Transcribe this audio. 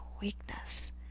weakness